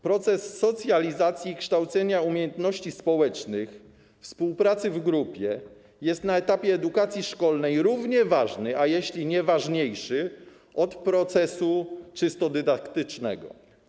Proces socjalizacji i kształcenia umiejętności społecznych, współpracy w grupie jest na etapie edukacji szkolnej równie ważny - jeśli nie ważniejszy - co proces czysto dydaktyczny.